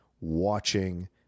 watching